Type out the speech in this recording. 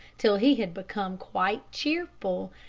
till he had become quite cheerful,